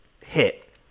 hit